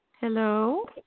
Hello